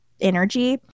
energy